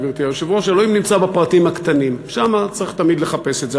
גברתי היושבת-ראש: שם צריך תמיד לחפש את זה.